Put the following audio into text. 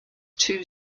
two